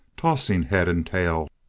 tossing head and tail,